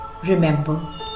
Remember